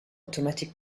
automatic